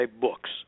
books